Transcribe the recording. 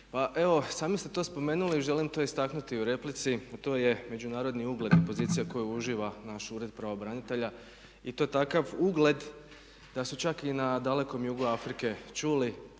pa evo sami ste to spomenuli i želim to istaknuti u replici, to je međunarodni ugled i pozicija koju uživa naš ured pravobranitelja i to takav ugled da su čak i na dalekom jugu Afrike čuli